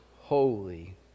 holy